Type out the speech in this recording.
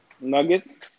Nuggets